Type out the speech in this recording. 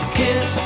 kiss